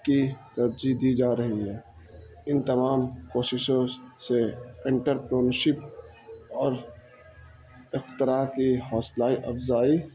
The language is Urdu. کی ترجیح دی جا رہی ہے ان تمام کوششوں سے انٹرپونشپ اور اخترا کی حوصلائی افزائی